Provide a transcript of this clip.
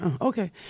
Okay